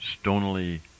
stonily